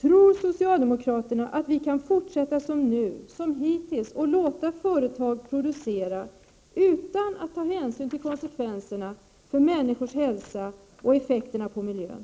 Tror socialdemokraterna att vi kan fortsätta som hittills och låta företag producera utan att ta hänsyn till konsekvenserna för människors hälsa och effekterna på miljön?